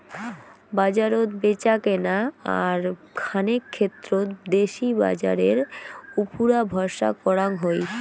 বাজারত ব্যাচাকেনা আর খানেক ক্ষেত্রত দেশি বাজারের উপুরা ভরসা করাং হই